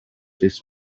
this